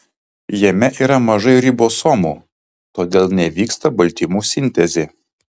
jame yra mažai ribosomų todėl nevyksta baltymų sintezė